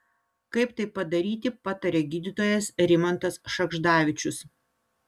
kaip tai padaryti pataria gydytojas rimantas šagždavičius